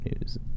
news